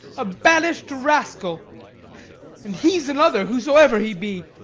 a banish'd rascal and he's another, whatsoever he be.